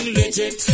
legit